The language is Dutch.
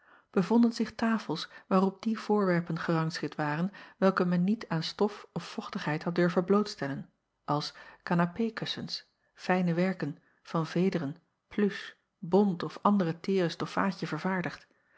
bevonden zich tafels waarop die voorwerpen gerangschikt waren welke men niet aan stof of vochtigheid had durven blootstellen als kanapeekussens fijne werken van vederen pluche bont of andere teêre stoffaadje vervaardigd